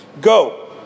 Go